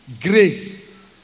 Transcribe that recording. grace